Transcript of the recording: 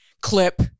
clip